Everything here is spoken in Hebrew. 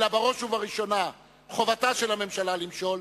אלא בראש ובראשונה חובתה של הממשלה למשול,